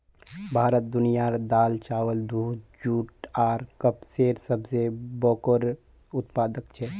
भारत दुनियार दाल, चावल, दूध, जुट आर कपसेर सबसे बोड़ो उत्पादक छे